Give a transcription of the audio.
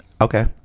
Okay